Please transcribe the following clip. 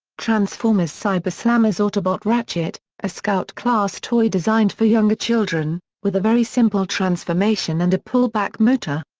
transformers cyber slammers autobot ratchet a scout class toy designed for younger children, with a very simple transformation and a pull back motor.